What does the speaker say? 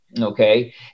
okay